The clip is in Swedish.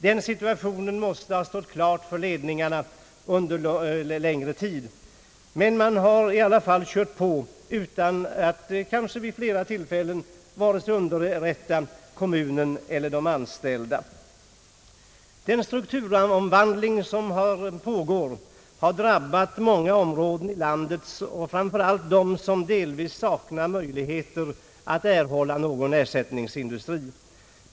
Den situationen måste ha stått klar för ledningen under längre tid. Men man har i många fall kört på utan att underrätta vare sig de anställda eller kommunen. Den pågående strukturomvandlingen har drabbat många områden inom landet, framför allt sådana som saknar möjlighet att erhålla någon ersättningsindustri.